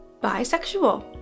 bisexual